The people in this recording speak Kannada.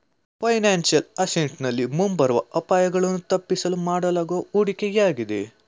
ಫೈನಾನ್ಸಿಯಲ್ ಅಸೆಂಟ್ ನಲ್ಲಿ ಮುಂಬರುವ ಅಪಾಯಗಳನ್ನು ತಪ್ಪಿಸಲು ಮಾಡಲಾಗುವ ಹೂಡಿಕೆಯಾಗಿದೆ